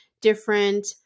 different